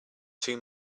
too